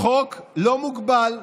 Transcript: חוק לא מוגבל,